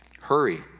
Hurry